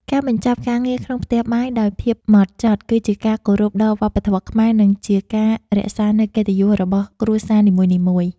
ការបញ្ចប់ការងារក្នុងផ្ទះបាយដោយភាពហ្មត់ចត់ គឺជាការគោរពដល់វប្បធម៌ខ្មែរ និងជាការរក្សានូវកិត្តិយសរបស់គ្រួសារនីមួយៗ។